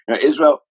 Israel